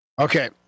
Okay